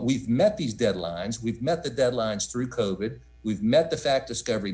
we've met these deadlines we've met the deadlines through kogut we've met the fact discovery